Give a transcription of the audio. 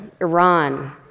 Iran